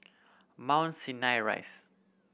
Mount Sinai Rise